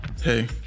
Hey